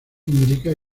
indica